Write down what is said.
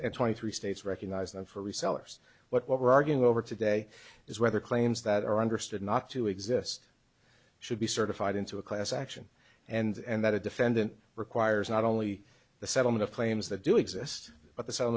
and twenty three states recognize them for resellers what we're arguing over today is whether claims that are understood not to exist should be certified into a class action and that a defendant requires not only the settlement of claims that do exist but the sell